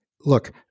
Look